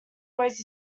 always